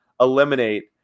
eliminate